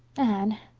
anne,